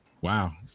Wow